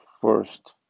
first